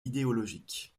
idéologiques